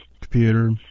computer